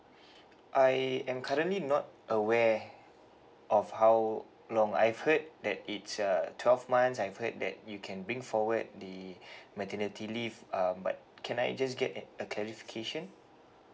I am currently not aware of how long I've heard that it's uh twelve months I've heard that you can bring forward the maternity leave um but can I just get an a clarification